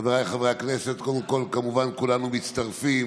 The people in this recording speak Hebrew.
חבריי חברי הכנסת, קודם כול, כמובן, כולנו מצטרפים